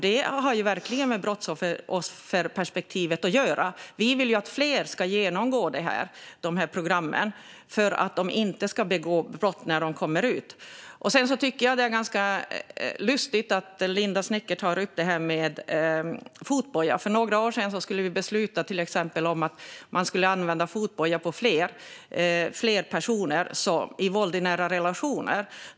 Det har ju verkligen med brottsofferperspektivet att göra. Vi vill att fler ska genomgå de här programmen för att de inte ska begå brott när de kommer ut. Sedan tycker jag att det är ganska lustigt att Linda Westerlund Snecker tar upp det här med fotboja. För några år sedan skulle vi besluta om att man skulle använda fotboja på fler personer, till exempel i fall av våld i nära relationer.